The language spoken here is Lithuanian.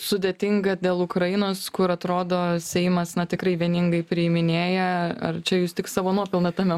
sudėtinga dėl ukrainos kur atrodo seimas tikrai vieningai priiminėja ar čia jūs tik savo nuopelną tame